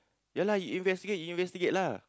ya lah you investigate you investigate lah